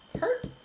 Hurt